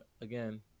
again